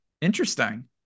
Interesting